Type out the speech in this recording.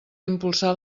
impulsar